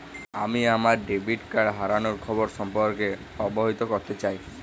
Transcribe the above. আমি আমার debit card হারানোর খবর সম্পর্কে অবহিত করতে চাই